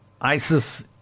ISIS